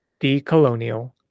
decolonial